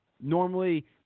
Normally